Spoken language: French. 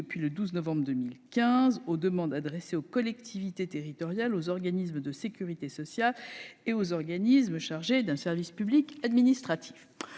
depuis le 12 novembre 2015, aux demandes adressées aux collectivités territoriales, aux organismes de sécurité sociale et aux organismes chargés d'un service public administratif.